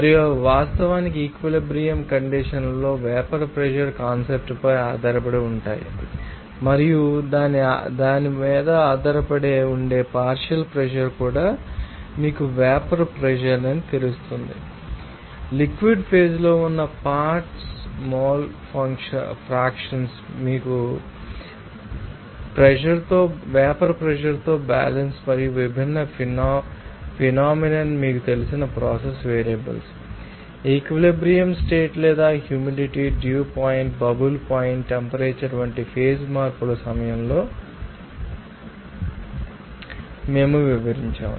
మరియు అవి వాస్తవానికి ఈక్విలిబ్రియం కండిషన్ లలో వేపర్ ప్రెషర్ కాన్సెప్ట్ పై ఆధారపడి ఉంటాయి మరియు దానిపై ఆధారపడి ఉండే పార్షియల్ ప్రెషర్ ం కూడా మీకు వేపర్ ప్రెషర్ ం తెలుసు అలాగే లిక్విడ్ ఫేజ్ లో ఉన్న పార్ట్శ్ మోల్ ఫ్రాక్షన్స్ మీకు తెలుసు వేపర్ ప్రెషర్తో బ్యాలన్స్ మరియు విభిన్న ఫినామినన్ మీకు తెలిసిన ప్రాసెస్ వేరియబుల్స్ ఈక్విలిబ్రియం స్టేట్ లేదా humidity dew point bubble point temperature వంటి ఫేజ్ మార్పు సమయంలో మీకు తెలుసు అని మేము వివరించాము